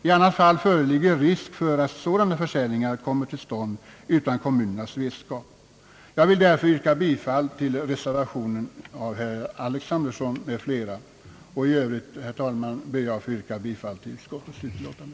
I annat fall föreligger risk för att sådana försäljningar kommer till stånd utan kommunernas vetskap. Jag ber därför att få yrka bifall till reservationen av herr Alexanderson m.fl. beträffande B. i utskottets hemställan. I övrigt, herr talman, ber jag att få yrka bifall till utskottets utlåtande.